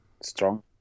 strong